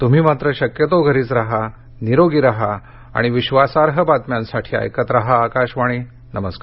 तुम्ही मात्र शक्यतो घरीच राहा निरोगी राहा आणि विश्वासार्ह बातम्यांसाठी ऐकत राहा आकाशवाणी नमस्कार